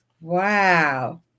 Wow